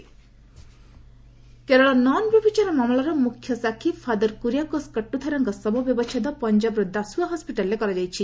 P B Kerala nun ବ୍ୟଭିଚାର ମାମଲାର ମୁଖ୍ୟ ସାକ୍ଷୀ ଫାଦର୍ କୁରିଆକୋସ୍ କଟ୍ଟୁଥାରାଙ୍କ ଶବ ବ୍ୟବଚ୍ଛେଦ ପଞ୍ଜାବର ଦାସୁୟା ହସ୍ପିଟାଲ୍ରେ କରାଯାଇଛି